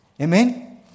Amen